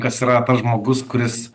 kas yra žmogus kuris